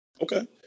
Okay